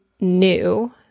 new